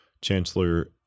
Chancellor